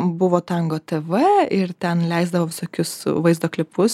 buvo tango tv ir ten leisdavo visokius vaizdo klipus